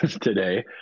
today